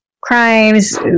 crimes